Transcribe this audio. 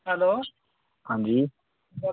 hello आं जी